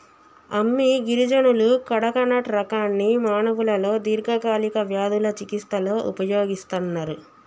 అమ్మి గిరిజనులు కడకనట్ రకాన్ని మానవులలో దీర్ఘకాలిక వ్యాధుల చికిస్తలో ఉపయోగిస్తన్నరు